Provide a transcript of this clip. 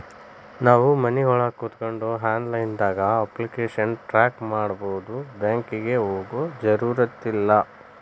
ನಾವು ಮನಿಒಳಗ ಕೋತ್ಕೊಂಡು ಆನ್ಲೈದಾಗ ಅಪ್ಲಿಕೆಶನ್ ಟ್ರಾಕ್ ಮಾಡ್ಬೊದು ಬ್ಯಾಂಕಿಗೆ ಹೋಗೊ ಜರುರತಿಲ್ಲಾ